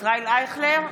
ישראל אייכלר,